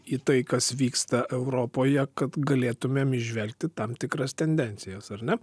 į tai kas vyksta europoje kad galėtumėm įžvelgti tam tikras tendencijas ar ne